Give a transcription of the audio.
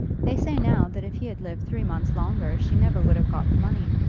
they say now that if he had lived three months longer she never would have got the money.